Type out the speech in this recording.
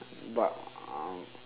but um